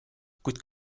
kuid